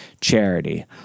charity